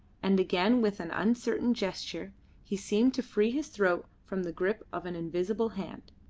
and again with an uncertain gesture he seemed to free his throat from the grip of an invisible hand.